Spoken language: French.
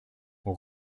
aux